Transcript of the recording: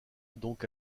donc